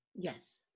Yes